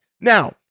Now